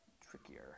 trickier